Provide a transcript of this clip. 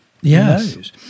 Yes